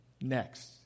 next